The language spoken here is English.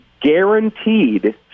guaranteed